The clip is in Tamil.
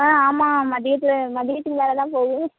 ஆ ஆமாம் மதியத்தில் மதியத்துக்கு மேல தான் போவோம்